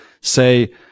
say